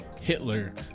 Hitler